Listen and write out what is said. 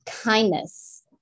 kindness